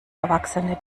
erwachsene